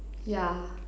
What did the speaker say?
yeah